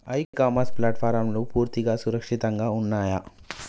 ఇ commerce ప్లాట్ఫారమ్లు పూర్తిగా సురక్షితంగా ఉన్నయా?